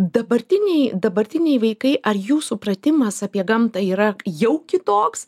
dabartiniai dabartiniai vaikai ar jų supratimas apie gamtą yra jau kitoks